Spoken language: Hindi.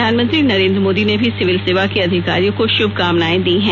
प्रधानमंत्री नरेन्द्र मोदी ने भी सिविल सेवा के अधिकारियों को शुभकामनाएं दी हैं